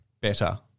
better